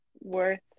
worth